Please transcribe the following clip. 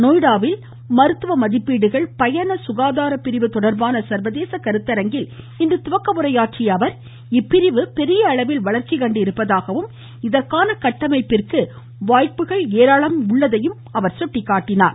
நொய்டாவில் மருத்துவ மதிப்பீடுகள் பயண சுகாதார பிரிவு தொடர்பான சர்வதேச கருத்தரங்கில் இன்று துவக்க உரையாற்றி அவர் இப்பிரிவு பெரிய அளவில் வளர்ச்சி கண்டிருப்பதாகவும் இதற்கான கட்டமைப்பிற்கு ஏராளமான வாய்ப்புகள் இருப்பதாகவும் எடுத்துரைத்தார்